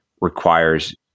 requires